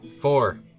Four